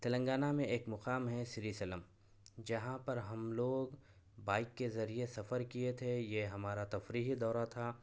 تلنگانہ میں ایک مقام ہے سری سلم جہاں پر ہم لوگ بائیک کے ذریعے سفر کیے تھے یہ ہمارا تفریحی دورہ تھا